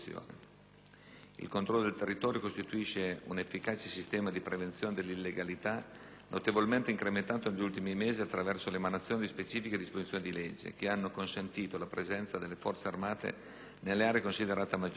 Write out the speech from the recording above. Il controllo del territorio costituisce un efficace sistema di prevenzione dell'illegalità, notevolmente incrementato negli ultimi mesi attraverso l'emanazione di specifiche disposizioni di legge, che hanno consentito la presenza delle Forze armate nelle aree considerate a maggior rischio.